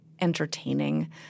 entertaining